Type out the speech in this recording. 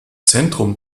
zentrum